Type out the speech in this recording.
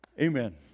Amen